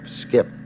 skip